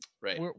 Right